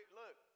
look